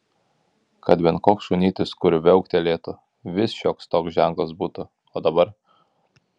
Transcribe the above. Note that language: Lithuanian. kad bent koks šunytis kur viauktelėtų vis šioks toks ženklas būtų o dabar